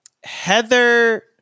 Heather